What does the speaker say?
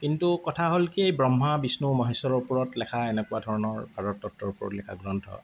কিন্তু কথা হ'ল কি ব্ৰহ্মা বিষ্ণু মহেশ্বৰৰ ওপৰত লেখা এনেকুৱা ধৰণৰ ভাৰততত্বৰ ওপৰত লিখা গ্ৰন্থ